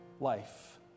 life